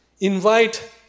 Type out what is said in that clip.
Invite